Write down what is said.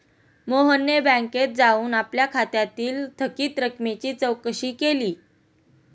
मोहनने बँकेत जाऊन आपल्या खात्यातील थकीत रकमेची चौकशी केली